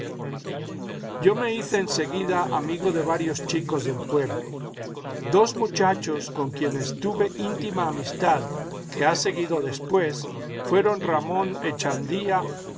yo me hice en seguida amigo de varios chicos del pueblo dos muchachos con quienes tuve íntima amistad que ha seguido después fueron ramón echeandía